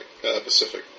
Pacific